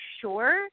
sure